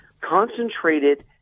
concentrated